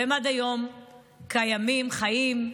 והם עד היום קיימים, חיים,